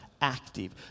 active